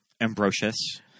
Ambrosius